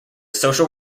social